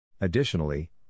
Additionally